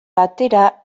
batera